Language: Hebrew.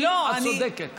את צודקת,